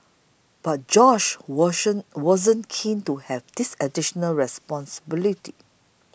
but Josh washing wasn't keen to have this additional responsibility